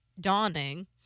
dawning